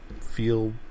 feel